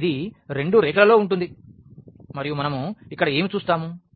ఇది రెండు రేఖల లో ఉంటుంది మరియు మనం ఇక్కడ ఏమి చూస్తాము